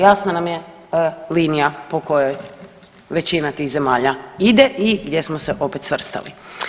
Jasna nam je linija po kojoj većina tih zemalja ide i gdje smo se opet svrstali.